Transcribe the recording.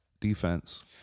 defense